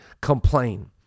complain